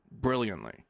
brilliantly